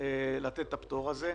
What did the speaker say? לתת את הפטור הזה.